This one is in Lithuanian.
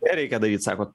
nereikia daryt sako